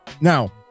now